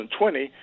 2020